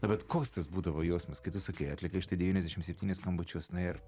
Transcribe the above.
na bet koks tas būdavo jausmas kai tu sakai atlikai štai devyniasdešim septynis skambučius na ir